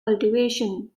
cultivation